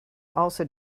also